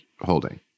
holding